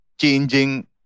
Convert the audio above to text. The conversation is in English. changing